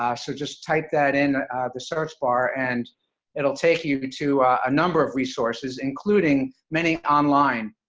ah so just type that in the search bar, and it'll take you to to a number of resources, including many online,